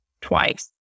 twice